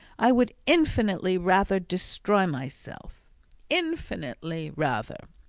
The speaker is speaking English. i would infinitely rather destroy myself infinitely rather!